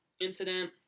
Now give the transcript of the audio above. incident